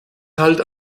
halt